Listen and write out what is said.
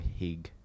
hig